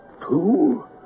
two